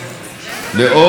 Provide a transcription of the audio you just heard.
לאור האמור,